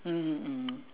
mmhmm mm